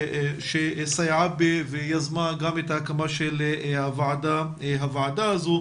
שסייעה ויזמה גם את ההקמה של הוועדה הזו,